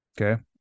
Okay